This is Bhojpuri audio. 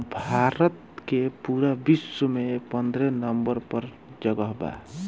भारत के पूरा विश्व में पन्द्रह नंबर पर जगह बा